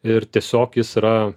ir tiesiog jis yra